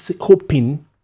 hoping